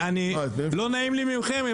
לא נעים לי מכם,